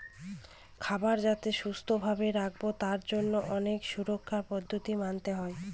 খাবার যাতে সুস্থ ভাবে খাবো তার জন্য অনেক সুরক্ষার পদ্ধতি মানতে হয়